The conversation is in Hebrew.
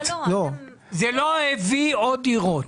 זה לא הביא עוד דירות.